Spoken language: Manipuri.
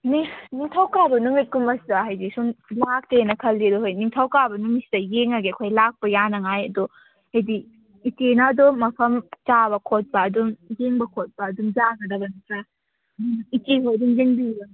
ꯅꯤꯡꯊꯧꯀꯥꯕ ꯅꯨꯃꯤꯠꯀꯨꯝꯕꯁꯤꯗ ꯍꯥꯏꯗꯤ ꯁꯨꯝ ꯂꯥꯛꯀꯦꯅ ꯈꯜꯂꯤ ꯑꯗꯨ ꯍꯣꯏ ꯅꯤꯡꯊꯧꯀꯥꯕ ꯃꯨꯅꯤꯠꯁꯤꯗ ꯌꯦꯡꯉꯒꯦ ꯑꯩꯈꯣꯏ ꯂꯥꯛꯄ ꯌꯥꯅꯤꯡꯉꯥꯏ ꯑꯗꯣ ꯍꯥꯏꯗꯤ ꯏꯆꯦꯅ ꯑꯗꯨꯝ ꯃꯐꯝ ꯆꯥꯕ ꯈꯣꯠꯄ ꯑꯗꯨꯝ ꯌꯦꯡꯕ ꯈꯣꯠꯄ ꯑꯗꯨꯝ ꯌꯥꯒꯗꯕ ꯅꯇ꯭ꯔꯥ ꯏꯆꯦ ꯍꯣꯏ ꯑꯗꯨꯝ ꯌꯦꯡꯕꯤꯔꯣ